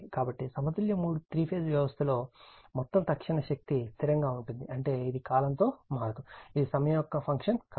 కాబట్టి సమతుల్య 3 ఫేజ్ వ్యవస్థలో మొత్తం తక్షణ శక్తి స్థిరంగా ఉంటుంది అంటే ఇది కాలంతో మారదు ఇది సమయం యొక్క ఫంక్షన్ కాదు